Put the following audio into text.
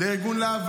לארגון לה"ב,